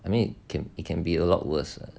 I mean it can it can be a lot worse